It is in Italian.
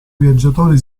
viaggiatori